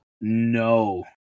no